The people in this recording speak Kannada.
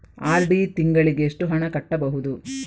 ಆರ್.ಡಿ ತಿಂಗಳಿಗೆ ಎಷ್ಟು ಹಣ ಕಟ್ಟಬಹುದು?